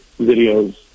videos